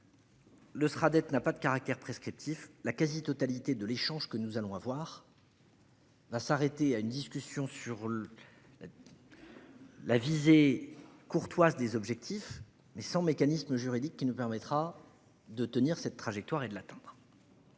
sera être n'a pas de caractère prescriptif la quasi-totalité de l'échange que nous allons avoir. Va s'arrêter à une discussion sur le. La visée courtoise des objectifs mais sans mécanisme juridique qui nous permettra de tenir cette trajectoire et de l'tante.